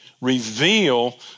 reveal